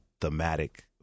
thematic